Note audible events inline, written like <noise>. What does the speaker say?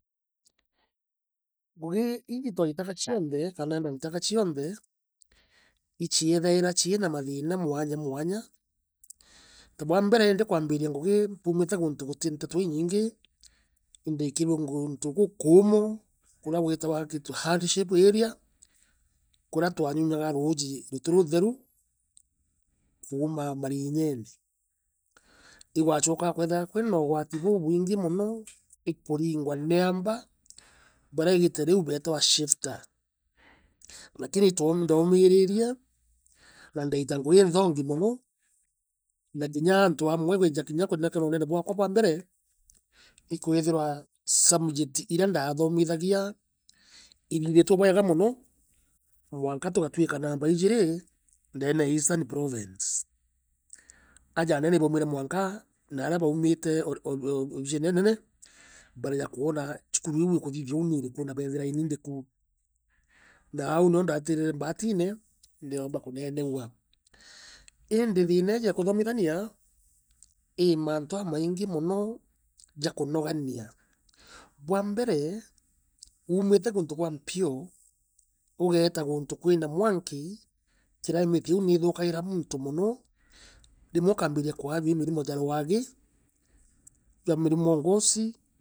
Ngugi ii twaitaga cionthe, kana ndaitaga cionthe, ichieethaira chiina mathiina mwanya mwanya. Ta bwa mberende kwaambiria ngugi mpumite guuntu guti nteto iinyinge, indaikirue guontu guukumu, kura kwitawa into ‘hardship area’ kura twanyunyaga rauji ruti rutheru, kuuma marinyene. Igawachokaa gukeethirwa kwina ugwati bubwingi mono, i kuringwa ni amba baria igiita riu beetawa shiffa lakini indomeererie, na ndaita ngoii inthongi mono, na kinya antu amwe, <unintelligible> kunenkerwa unene baakwa bwa mbere, ikwithirwa subject iria ndaathomithagia ithithitue bwega mono, mwaka tugatwika namba iijiri, ndeene o eastern province. Aja anene ibaumire mwanka naaria baumite obisine ii nene, bareeja kwena cukuru iiu ikuthithia uu ni iriku na beethira ini ndiku. Naau nio ndeetirire mbaatine ndiomba kunenegua lindi thiina iiji e kuthomithania, i mantu amaingi mono ja kunogania. Bwa mbere, uumite guntu gwa mpio, ugeeta kuntu kwina mwanki, climate liu niithukaira muntu mono, rimwe ukaambiiria ikwajua i mirimo ja rwaagi, ja murimo o ngosi.